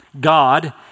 God